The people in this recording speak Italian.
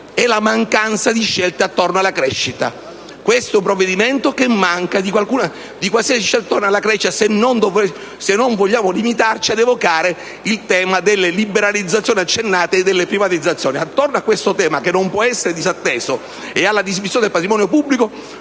è la mancanza di scelte attorno alla crescita. Questo provvedimento manca di qualsiasi politica per la crescita, se non vogliamo limitarci ad evocare il tema delle liberalizzazioni accennate e delle privatizzazioni. Attorno a questo tema - che non può essere disatteso - ed alla dismissione del patrimonio pubblico,